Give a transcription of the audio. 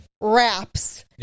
wraps